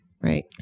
right